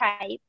type